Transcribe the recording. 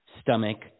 stomach